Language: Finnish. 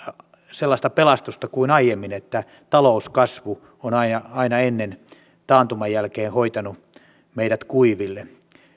sellaista pelastusta kuin aiemmin että talouskasvu on aina aina ennen taantuman jälkeen hoitanut meidät kuiville